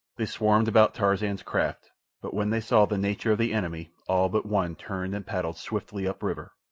they swarmed about tarzan's craft but when they saw the nature of the enemy all but one turned and paddled swiftly up-river.